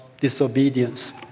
disobedience